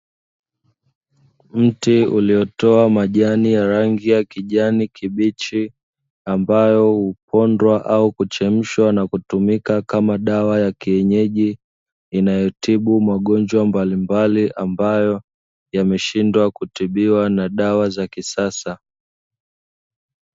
Mti uliotoa majani ya rangi ya kijani kibichi ambayo hupondwa au huchemshwa na kutumika kama dawa ya kienyeji, inayotibu magonjwa mbalimbali ambavyo yameshindwa kutibiwa na dawa za kisasa.